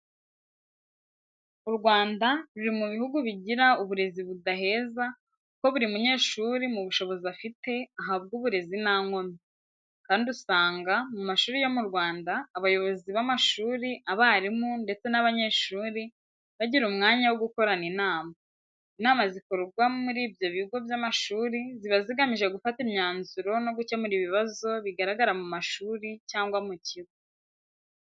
U Rwanda ruri mu bihugu bigira uburezi budaheza kuko buri munyeshuri, mu bushobozi afite ahabwa uburezi nta nkomyi, kandi usanga mu mashuri yo mu Rwanda abayobozi b'amashuri, abarimu ndetse n'abanyeshuri bagira umwanya wo gukorana inama. Inama zikorwa muri ibyo bigo by'amashuri ziba zigamije gufata imyanzuro no gukemura ibibazo bigaragara mu mashuri cyangwa mu kigo.